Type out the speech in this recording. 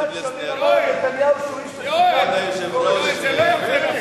צריך לזכור שיצחק שמיר אמר על בנימין נתניהו שהוא איש מסוכן.